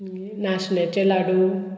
नाशण्याचें लाडू